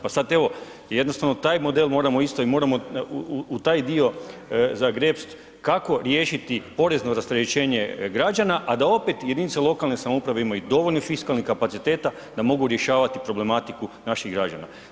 Pa sad evo jednostavno taj model moramo isto i moramo u taj dio zagrepst kako riješiti porezno rasterećenje građana, a da opet jedinice lokalne samouprave imaju dovoljno fiskalnih kapaciteta da mogu rješavati problematiku naših građana.